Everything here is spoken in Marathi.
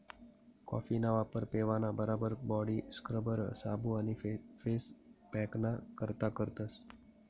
कॉफीना वापर पेवाना बराबर बॉडी स्क्रबर, साबू आणि फेस पॅकना करता करतस